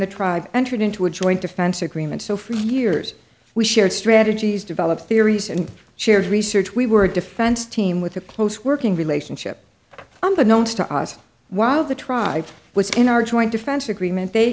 the tribe entered into a joint defense agreement so for years we shared strategies developed theories and shared research we were a defense team with a close working relationship on the notes to us while the tribe was in our joint defense agreement they